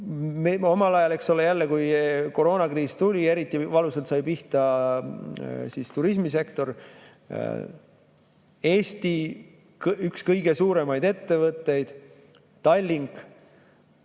kinni. Omal ajal, eks ole, kui koroonakriis tuli, siis eriti valusalt sai pihta turismisektor. Eesti üks kõige suuremaid ettevõtteid Tallink